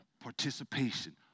participation